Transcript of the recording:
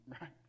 Right